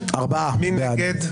מי נגד?